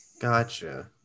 Gotcha